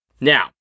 Now